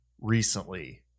recently